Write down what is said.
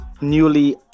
newly